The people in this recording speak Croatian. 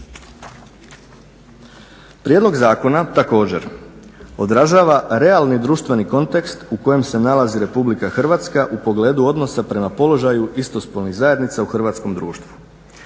Prijedlog zakona također odražava realni društveni kontekst u kojem se nalazi RH u pogledu odnosa prema položaju istospolnih zajednica u hrvatskom društvu.